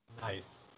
Nice